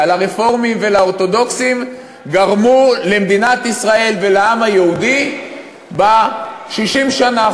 לרפורמים גרמו למדינת ישראל ולעם היהודי ב-60 השנה האחרונות.